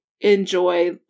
enjoy